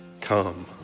come